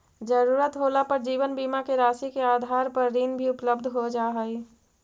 ज़रूरत होला पर जीवन बीमा के राशि के आधार पर ऋण भी उपलब्ध हो जा हई